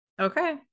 Okay